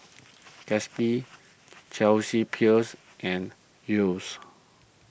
Gatsby Chelsea Peers and Yeo's